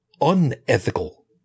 unethical